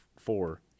four